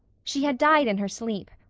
she had died in her sleep,